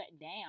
down